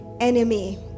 enemy